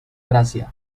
gracia